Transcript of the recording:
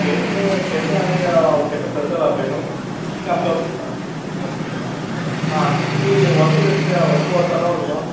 केंपे केंपे आमगे तें केंपे सर्कल आसा पळय न्हय थिंगां आमचें ऑफीस आसा ओके आं तूं कितलीं वर्सा जा कितलीं आं ऑठ्रा वर्सा जाला मरे तुका